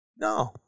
No